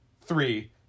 Three